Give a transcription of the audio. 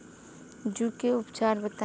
जूं के उपचार बताई?